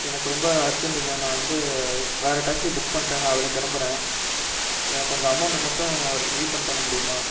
எனக்கு ரொம்ப அர்ஜெண்ட்டுங்க நான் வந்து வேறு டேக்ஸியை புக் பண்ணிவிட்டேன் அதில் கிளம்புகிறேன் எனக்கு கொஞ்சம் அமௌண்ட் மட்டும் ரீஃபண்ட் பண்ண முடியுமா